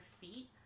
feet